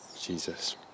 jesus